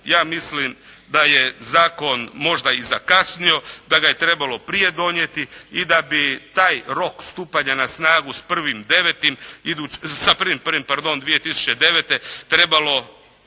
ja mislim da je zakon možda i zakasnio, da ga je trebalo prije donijeti i da bi taj rok stupanja na snagu s 1.1.2009. trebalo